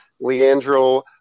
Leandro